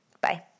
Bye